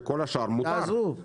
שכל השאר מותר.